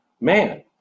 man